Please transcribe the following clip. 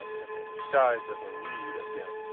and and disguised as a reed again,